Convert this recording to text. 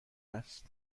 است